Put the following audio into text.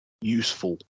Useful